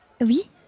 Oui